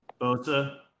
Bosa